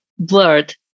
blurred